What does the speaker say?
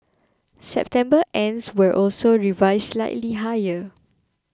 September starts were also revised slightly higher